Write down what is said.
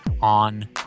on